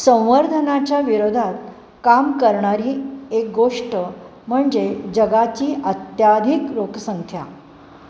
संवर्धनाच्या विरोधात काम करणारी एक गोष्ट म्हणजे जगाची अत्याधिक लोकसंख्या